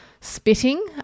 spitting